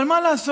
אבל מה לעשות?